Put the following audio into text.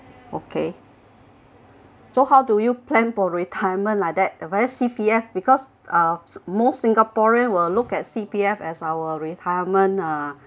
okay so how do you plan for retirement like that where there is C_P_F because uh most singaporean will look at C_P_F as our retirement uh